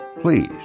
please